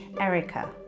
Erica